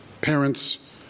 parents